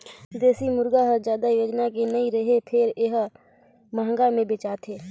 देसी मुरगा हर जादा ओजन के नइ रहें फेर ए हर महंगा में बेचाथे